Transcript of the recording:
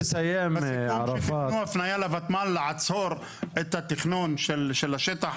בסיכום שתפנו לותמ"ל לעצור את התכנון של השטח